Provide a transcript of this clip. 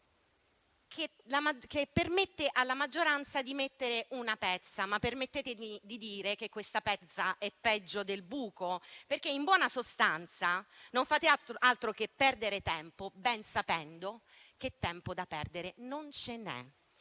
permette alla maggioranza di mettere una pezza, ma consentitemi di dire che questa pezza è peggio del buco, perché in buona sostanza non fate altro che perdere tempo ben sapendo che tempo da perdere non c'è n'è